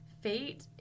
fate